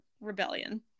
rebellion